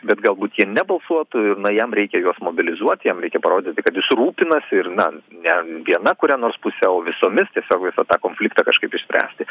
bet galbūt jie nebalsuotų ir na jam reikia juos mobilizuot jam reikia parodyti kad jis rūpinasi ir na ne viena kuria nors puse o visomis tiesiog visą tą konfliktą kažkaip išspręsti